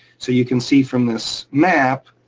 so you can see from this map